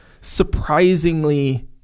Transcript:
surprisingly